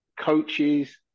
coaches